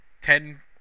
ten